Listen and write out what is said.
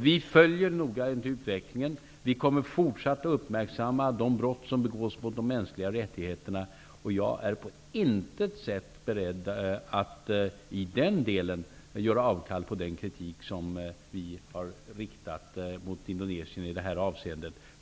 Vi följer noga utvecklingen, och vi kommer fortsatt att uppmärksamma de brott som begås mot de mänskliga rättigheterna. Jag är på intet sätt beredd att i den delen göra avkall på den kritik som vi i detta avseende har riktat mot Indonesien.